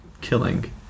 killing